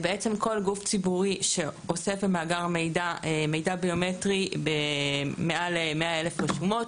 כל גוף ציבורי שאוסף מאגר מידע ביומטרי מעל ל-100,000 רשומות